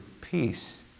peace